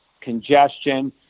congestion